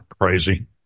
crazy